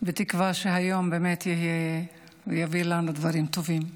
בתקווה שהיום באמת יביא לנו דברים טובים.